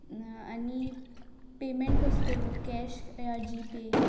आनी पेमँट कसो करूं कॅश या जी पे